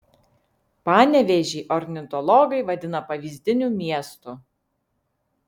panevėžį ornitologai vadina pavyzdiniu miestu